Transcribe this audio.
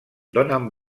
donen